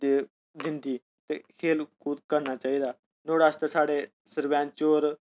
दिंदी खेल कूद करनी चाहिदा नूहाड़े आस्तै साढ़े सरपैंच और